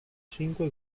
cinque